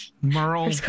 Merle